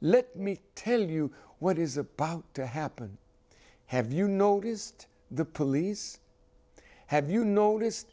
let me tell you what is about to happen have you noticed the police have you noticed